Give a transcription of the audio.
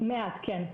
מעט, כן.